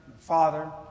father